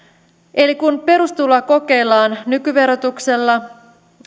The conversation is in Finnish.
eli kun perustuloa kokeillaan nykyverotuksella